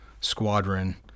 squadron